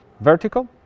vertical